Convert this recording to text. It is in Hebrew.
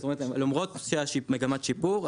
למרות שיש מגמת שיפור,